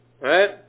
right